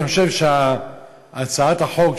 אני חושב שהצעת החוק,